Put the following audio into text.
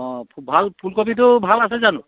অঁ ভাল ফুলকবিটো ভাল আছে জানো